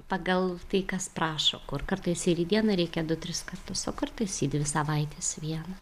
pagal tai kas prašo kur kartais ir į dieną reikia du tris kartus o kartais į dvi savaites vieną